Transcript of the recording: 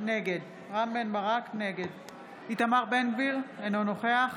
נגד איתמר בן גביר, אינו נוכח